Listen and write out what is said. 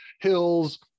hills